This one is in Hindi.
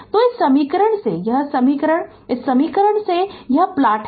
तो इस समीकरण से यह समीकरण इस समीकरण से इस समीकरण से यह प्लॉट है